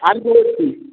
আমি বলছি